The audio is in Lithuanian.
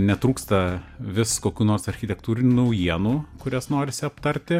netrūksta vis kokių nors architektūrinių naujienų kurias norisi aptarti